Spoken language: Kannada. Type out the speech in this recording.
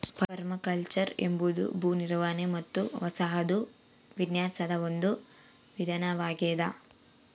ಪರ್ಮಾಕಲ್ಚರ್ ಎಂಬುದು ಭೂ ನಿರ್ವಹಣೆ ಮತ್ತು ವಸಾಹತು ವಿನ್ಯಾಸದ ಒಂದು ವಿಧಾನವಾಗೆದ